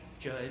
judge